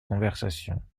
conversations